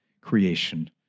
creation